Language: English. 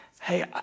hey